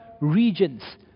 regions